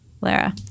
Lara